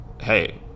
Hey